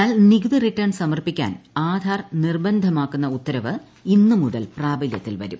എന്നാൽ നികുതി റിട്ടേൺ സമർപ്പിക്കാൻ ആധാർ നിർബന്ധമാക്കുന്ന ഉത്തരവ് ഇന്ന് മുതൽ പ്രാബല്യത്തിൽ വരും